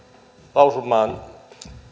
lausumaan